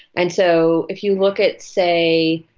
and so, if you look at, say,